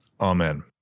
Amen